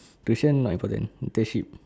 tuition not important internship